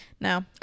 No